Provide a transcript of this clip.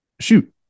Shoot